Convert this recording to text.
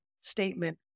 statement